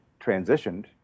transitioned